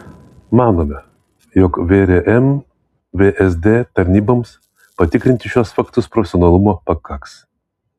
manome jog vrm vsd tarnyboms patikrinti šiuos faktus profesionalumo pakaks